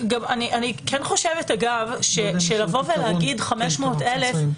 אני כן חושבת שלבוא ולהגיד "500,000",